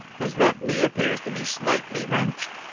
his left knee appears to be slightly wrenched.